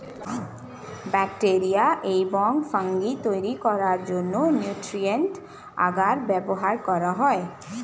bacteria এবং fungi তৈরি করার জন্য নিউট্রিয়েন্ট আগার ব্যবহার করা হয়